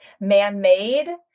man-made